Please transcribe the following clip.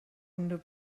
unrhyw